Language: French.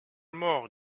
mort